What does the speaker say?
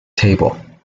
table